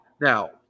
Now